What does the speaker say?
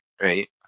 right